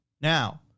Now